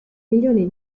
milioni